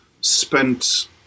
spent